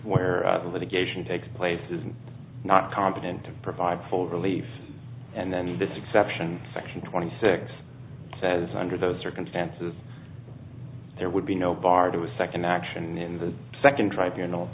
the litigation takes place is not competent to provide full relief and then this exception section twenty six says under those circumstances there would be no bar to a second action in the second tribunals